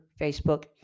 Facebook